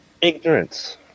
ignorance